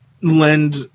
lend